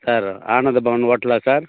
sir Anandabhavan ஹோட்டலா sir